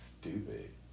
stupid